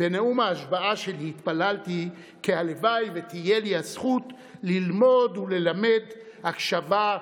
בנאום ההשבעה שלי התפללתי כי הלוואי ותהיה לי הזכות ללמוד וללמד הקשבה,